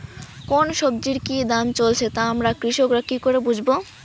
কোন সব্জির কি দাম চলছে তা আমরা কৃষক রা কি করে বুঝবো?